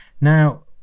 Now